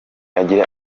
agira